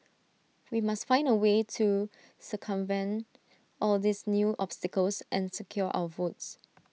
we must find A way to circumvent all these new obstacles and secure our votes